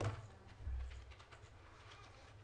נמצאת איתנו בזום, בבקשה.